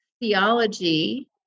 theology